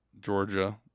georgia